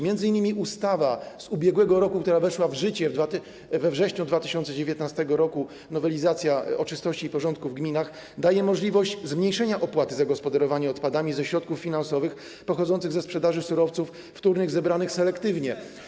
Między innymi ustawa z ubiegłego roku, która weszła w życie we wrześniu 2019 r., nowelizacja ustawy o czystości i porządku w gminach, daje możliwość zmniejszenia opłaty za gospodarowanie odpadami przy wykorzystaniu środków finansowych pochodzących ze sprzedaży surowców wtórnych zebranych selektywnie.